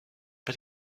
but